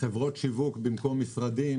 וחברות שיווק במקום משרדים.